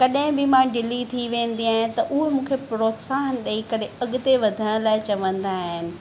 कॾहिं बि मां ढिली थी वेंदी आहियां त उहे मूंखे प्रोत्साहन ॾेई करे अॻिते वधाइण लाइ चवंदा आहिनि